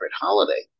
holiday